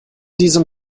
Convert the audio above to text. diesem